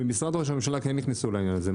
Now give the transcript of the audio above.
במשרד ראש הממשלה כן נכנסו לעניין הזה,